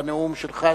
בנאום שלך,